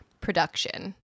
production